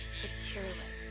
securely